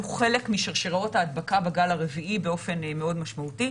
חלק משרשראות ההדבקה בגל הרביעי באופן מאוד משמעותי.